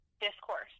discourse